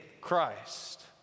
Christ